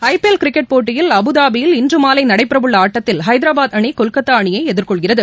ஐ P L cricket போட்டியில் அபுதாபியில் இன்று மாலை நடைபெறவுள்ள ஆட்டத்தில் ஐதராபாத் அணி கொல்கத்தா அணியை எதிர்கொள்கிறது